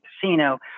casino